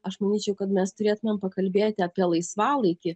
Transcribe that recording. aš manyčiau kad mes turėtumėm pakalbėti apie laisvalaikį